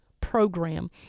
program